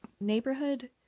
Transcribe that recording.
neighborhood